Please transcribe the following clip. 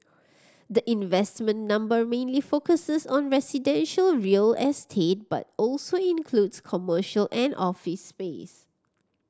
the investment number mainly focuses on residential real estate but also includes commercial and office space